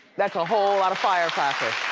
that's a whole lot of firecracker.